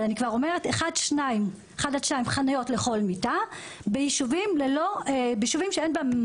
אבל אני כבר אומרת 1 עד 2 חניות לכל מיטה ביישובים שאין בהם